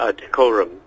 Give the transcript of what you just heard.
Decorum